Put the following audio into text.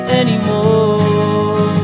anymore